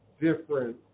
different